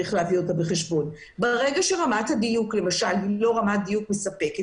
ברגע שרמת הדיון אינה מספקת,